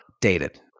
dated